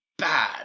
Bad